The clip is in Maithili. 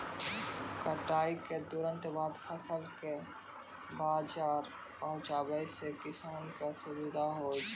कटाई क तुरंत बाद फसल कॅ बाजार पहुंचैला सें किसान कॅ सुविधा होय छै